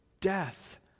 death